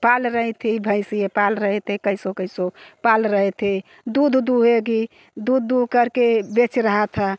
पाल रही थी भैसिया पाल रहे थे कैसो कैसो पाल रहे थे दूध दुहेगी दूध दुहकर के बेच रहा था